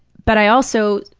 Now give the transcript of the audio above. but i also